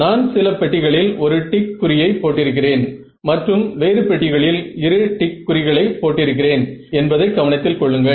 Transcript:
நான் சில பெட்டிகளில் ஒரு டிக் குறியை போட்டிருக்கிறேன் மற்றும் வேறு பெட்டிகளில் இரு டிக் குறிகளை போட்டிருக்கிறேன் என்பதை கவனத்தில் கொள்ளுங்கள்